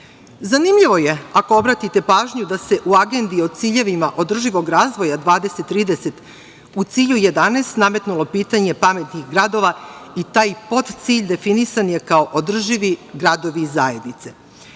društvenoj. Zanimljivo je, ako obratite pažnju, da se u Agendi o ciljevima održivog razvoja 2030, u cilju 11, nametnulo pitanje pametnih gradova i taj pod cilj definisan je kao održivi gradovi i zajednice.